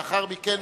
לאחר מכן,